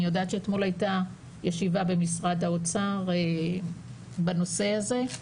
אני יודעת שאתמול הייתה ישיבה במשרד האוצר בנושא הזה.